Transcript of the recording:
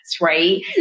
right